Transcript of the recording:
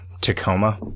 Tacoma